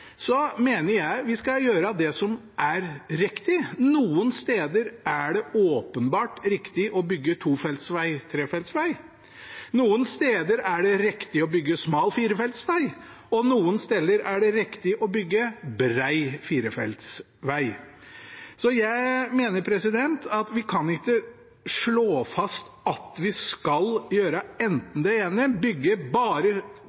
vi skal gjøre det som er riktig. Noen steder er det åpenbart riktig å bygge to- og trefeltsveg, noen steder er det riktig å bygge smal firefeltsveg, og noen steder er det riktig å bygge bred firefeltsveg. Jeg mener at vi kan ikke slå fast at vi skal gjøre enten det ene eller det andre – bygge bare